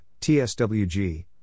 TSWG